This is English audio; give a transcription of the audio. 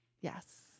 Yes